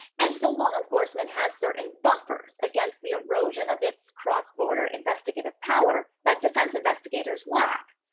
and so, law enforcement has certain buffers against the erosion of its cross-border investigative power that defense investigators lack.